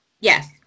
Yes